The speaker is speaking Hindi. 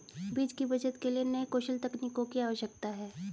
बीज की बचत के लिए नए कौशल तकनीकों की आवश्यकता है